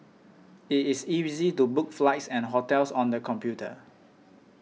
it is easy to book flights and hotels on the computer